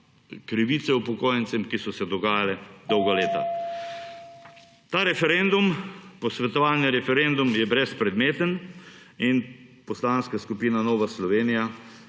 krivice upokojencem, ki so se dogajale dolga leta. Ta posvetovalni referendum je brezpredmeten. In Poslanska skupina Nova Slovenija